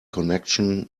connection